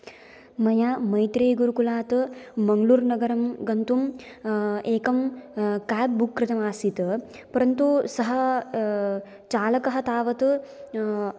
मया मैत्रेय गुरुकुलात् मङ्ग्लूरुनगरं गन्तुम् एकं काब् बुक् कृतमासीत् परन्तु सः चालकः तावत्